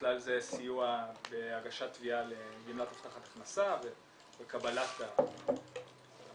בכלל זה סיוע בהגשת תביעה לגמלת הבטחת הכנסה וקבלת הגמלה.